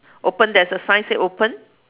open there's a sign said open